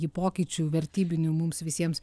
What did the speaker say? ji pokyčių vertybinių mums visiems